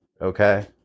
okay